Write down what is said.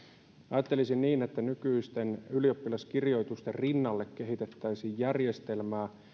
ajattelisin niin että nykyisten ylioppilaskirjoitusten rinnalle kehitettäisiin järjestelmää